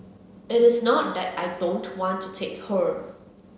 it is not that I don't want to take her